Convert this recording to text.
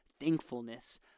thankfulness